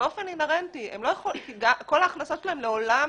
שבאופן אינהרנטי כל ההכנסות שלהם לעולם,